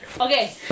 Okay